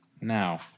Now